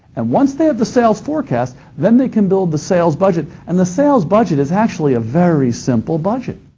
and once they have the sales forecast, then they can build the sales budget, and the sales budget is actually a very simple budget.